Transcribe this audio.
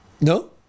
No